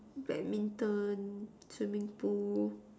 badminton swimming pool